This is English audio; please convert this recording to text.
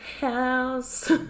house